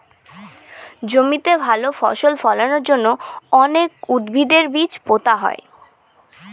জমিতে ভালো ফসল ফলানোর জন্য অনেক উদ্ভিদের বীজ পোতা হয়